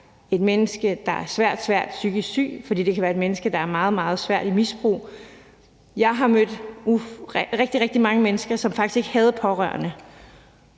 et menneske, der er svært psykisk syg, eller fordi det kan være et menneske, der er i et svært misbrug. Jeg har mødt rigtig mange mennesker, som faktisk ikke havde pårørende